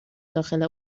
داخل